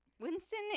Winston